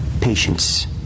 patience